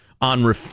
on